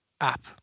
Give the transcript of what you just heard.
app